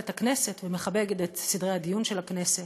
את הכנסת ומכבד את סדרי הדיון של הכנסת,